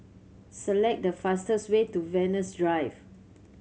select the fastest way to Venus Drive